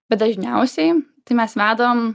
bet dažniausiai tai mes vedam